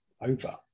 over